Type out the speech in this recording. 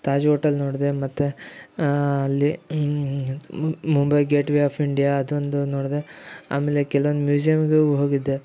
Taj hotel ನೋಡಿದೆ ಮತ್ತು ಅಲ್ಲಿ Mumbai gateway of India ಅದೊಂದು ನೋಡಿದೆ ಆಮೇಲೆ ಕೆಲ್ವೊಂದು ಮ್ಯೂಝಿಯಮ್ಗೂ ಹೋಗಿದ್ದೆ